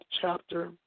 chapter